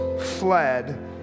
fled